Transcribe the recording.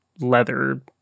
leather